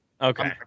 Okay